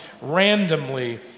randomly